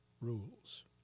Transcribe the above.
Rules